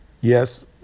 yes